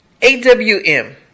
AWM